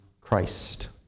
Christ